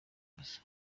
ikosa